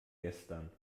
gestern